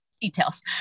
details